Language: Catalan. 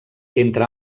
entre